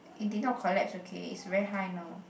it did not collapse okay it's very high now